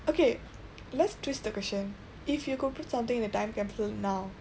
okay let's twist the question if you could put something in the time capsule now